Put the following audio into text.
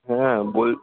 হ্যাঁ বল